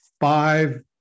five